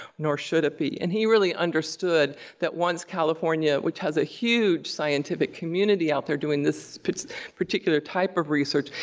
nor should it be. and he really understood that once california, which has a huge scientific community out there doing this particular type of research,